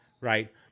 right